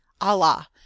Allah